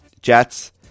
Jets